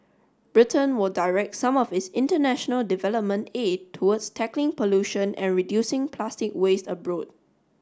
Britain will direct some of its international development aid towards tackling pollution and reducing plastic waste abroad